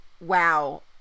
wow